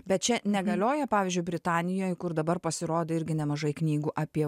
bet čia negalioja pavyzdžiui britanijoj kur dabar pasirodė irgi nemažai knygų apie